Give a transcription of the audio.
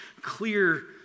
clear